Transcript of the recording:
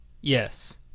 yes